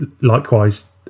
likewise